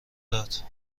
داد